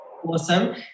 awesome